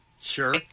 Sure